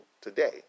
today